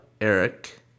Eric